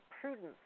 prudence